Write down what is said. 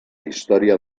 història